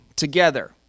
together